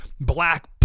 black